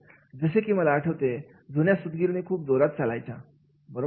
जसे की मला आठवते जुन्या सूतगिरणी खूप जोरात चालायच्या बरोबर